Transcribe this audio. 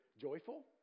joyful